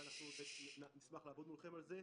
ואנחנו נשמח לעבוד מולכם על זה.